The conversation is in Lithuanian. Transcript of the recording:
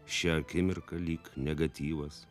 šią akimirką lyg negatyvas